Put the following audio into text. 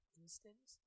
instance